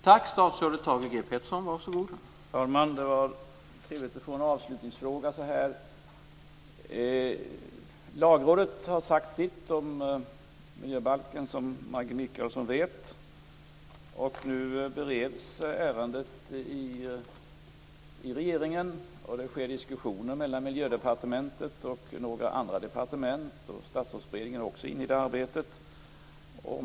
Herr talman! Det var trevligt att få en avslutningsfråga. Lagrådet har sagt sitt om miljöbalken, som Maggi Mikaelsson vet. Nu bereds ärendet i regeringen och det förs diskussioner i Miljödepartementet och inom några andra departement. Statsrådsberedningen deltar också i det arbetet.